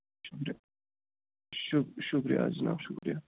شُکرِیہ شُک شُکریہ حظ جِناب شُکرِیہ